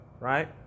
Right